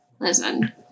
listen